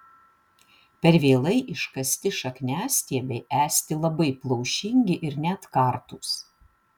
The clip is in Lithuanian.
per vėlai iškasti šakniastiebiai esti labai plaušingi ir net kartūs